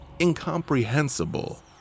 incomprehensible